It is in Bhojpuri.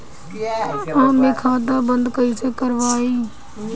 हम इ खाता बंद कइसे करवाई?